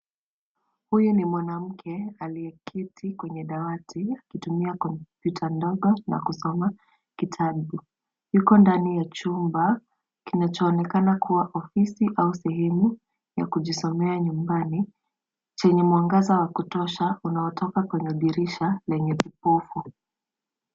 Huyu ni mwanamke aliyeketi kwenye dawati akitumia kompyuta ndogo na kusoma kitabu. Yuko ndani ya chumba kinachoonekana kuwa ofisi au sehemu ya kujisomea nyumbani, chenye mwangaza wa kutosha unaotoka kwenye dirisha lenye vipofu.